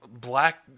black